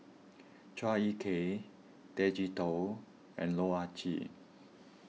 Chua Ek Kay Tay Chee Toh and Loh Ah Chee